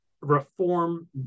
reform